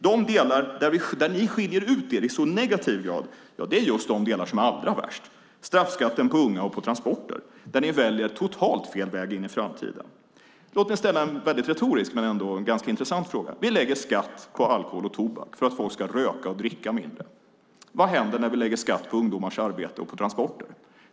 De delar där ni skiljer ut er i så negativ grad är just de delar som är allra värst: straffskatten på unga och på transporter, där ni väljer totalt fel väg in i framtiden. Låt mig ställa en retorisk men ganska intressant fråga. Vi lägger skatt på alkohol och tobak för att folk ska dricka och röka mindre. Vad händer när vi lägger skatt på ungdomars arbete och på transporter?